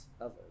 others